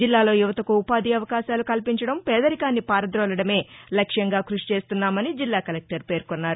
జిల్లాలో యువతకు ఉపాధి అవకాశాలు కల్పించడం పేదరికాన్ని పార్కదోలడమే లక్ష్యంగా కృషిచేస్తున్నామని జిల్లా కలెక్టర్ పేర్కొన్నారు